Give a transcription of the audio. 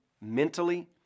mentally